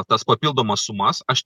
tas papildomas sumas aš